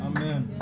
Amen